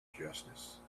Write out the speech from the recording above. justice